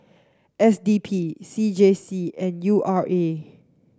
S D P C J C and U R A